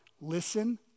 listen